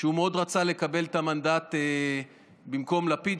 שהוא מאוד רצה לקבל את המנדט במקום לפיד,